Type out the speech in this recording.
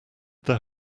their